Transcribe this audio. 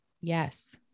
Yes